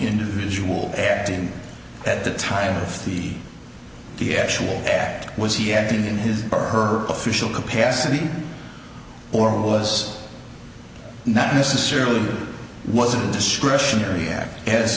individual acting at the time of the the actual act was he acting in his or her official capacity or was not necessarily was a discretionary act as